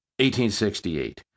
1868